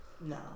No